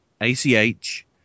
ACH